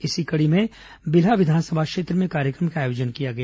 इसी कड़ी में बिल्हा विधानसभा क्षेत्र में कार्यक्रम का आयोजन किया गया